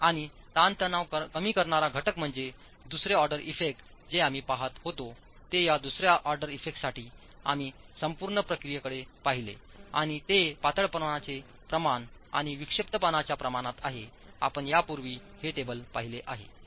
आणि ताणतणाव कमी करणारा घटक म्हणजे दुसरे ऑर्डर इफेक्ट जे आम्ही पाहत होतोते या दुसऱ्या ऑर्डर इफेक्टसाठी आम्ही संपूर्ण प्रक्रियेकडे पाहिले आणि ते पातळपणाचे प्रमाण आणि विक्षिप्तपणाच्या प्रमाणात आहेआपण यापूर्वी हे टेबल पाहिले आहे